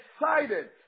excited